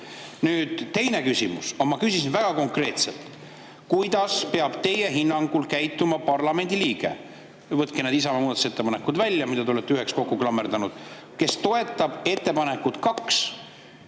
lipp. Nüüd teine küsimus. Ma küsisin väga konkreetselt: kuidas peab teie hinnangul käituma parlamendiliige – võtke need Isamaa muudatusettepanekud välja, mille te olete üheks kokku klammerdanud –, kes toetab ettepanekut nr